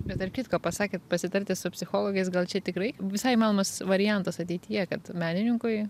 bet tarp kitko pasakėt pasitarti su psichologais gal čia tikrai visai įmanomas variantas ateityje kad menininkui